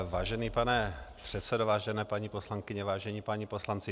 Vážený pane předsedo, vážené paní poslankyně, vážení páni poslanci.